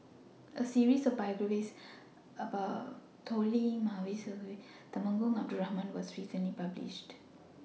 A series of biographies about Toh Liying Mavis Khoo Oei and Temenggong Abdul Rahman was recently published